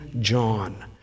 John